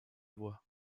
voix